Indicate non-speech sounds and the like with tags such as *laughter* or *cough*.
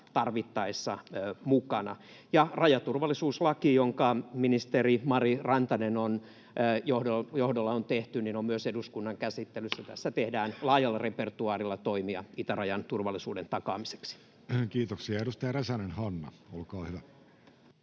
tarvittaessa mukana? Rajaturvallisuuslaki, joka ministeri Mari Rantasen johdolla on tehty, on myös eduskunnan käsittelyssä. *noise* Tässä tehdään laajalla repertuaarilla toimia itärajan turvallisuuden takaamiseksi. [Speech 7] Speaker: Jussi Halla-aho